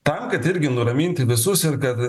tam kad irgi nuraminti visus ir kad